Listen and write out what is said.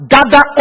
Gather